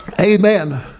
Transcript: Amen